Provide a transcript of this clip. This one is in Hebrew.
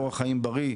אורח חיים בריא,